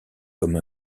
comme